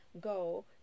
go